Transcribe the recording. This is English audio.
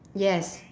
yes